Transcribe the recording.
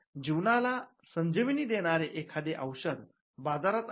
जीवनाला संजीवनी देणारे एखादे औषध बाजारात आले